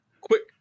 quick